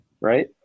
right